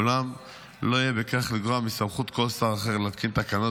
אולם לא יהיה בכך לגרוע מסמכות כל שר אחר להתקין תקנות